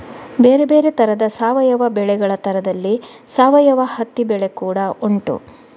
ಬೇರೆ ಬೇರೆ ತರದ ಸಾವಯವ ಬೆಳೆಗಳ ತರದಲ್ಲಿ ಸಾವಯವ ಹತ್ತಿ ಬೆಳೆ ಕೂಡಾ ಉಂಟು